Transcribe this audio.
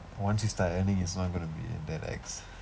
once you start earning it's not going to be that ex